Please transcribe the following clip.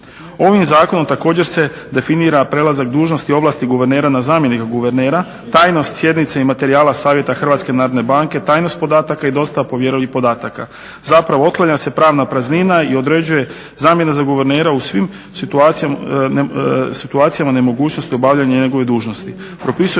Ovim zakonom također se definira prelazak dužnosti ovlasti guvernera na zamjenika guvernera, tajnost sjednice i materijala savjeta Hrvatske narodne banke, tajnost podataka i dostava povjerljivih podataka. Zapravo otklanja se pravna praznina i određuje zamjena za guvernera u svim situacijama nemogućnosti obavljanja njegove dužnost.